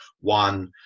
one